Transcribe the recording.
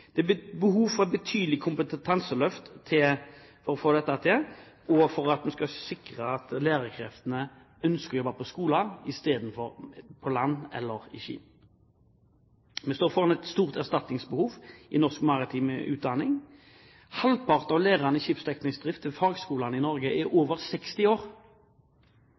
et betydelig kompetanseløft på dette området for å sikre at de lærekreftene vi ønsker, er på skolen istedenfor på skip. Vi står foran et stort erstatningsbehov i norsk maritim utdanning. Nesten halvparten av lærerne i skipsteknisk drift ved fagskoler i Norge er over 60 år!